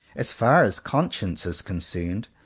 as far as conscience is concerned,